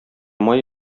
май